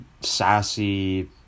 sassy